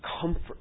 comfort